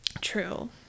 True